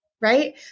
right